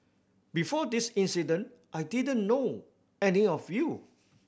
before this incident I didn't know any of you